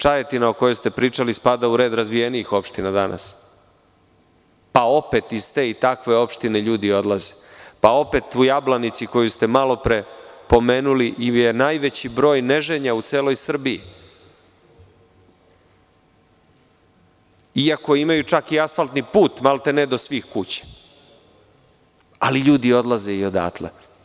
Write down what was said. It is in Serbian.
Čajetina o kojoj ste pričali spada u red razvijenijih opština danas, pa opet iz te i takve opštine ljudi odlaze, pa opet u Jablanici koju ste malopre pomenuli u je najveći broj neženja u Srbiji, iako imaju čak i asfaltni put malte-ne do svih kuća, ali ljudi odlaze i odatle.